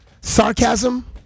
sarcasm